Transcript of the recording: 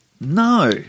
no